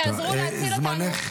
תעזרו להציל אותנו,